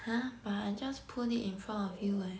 ha but I just put it in front of you eh